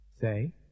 Say